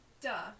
duh